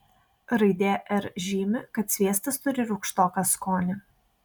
raidė r žymi kad sviestas turi rūgštoką skonį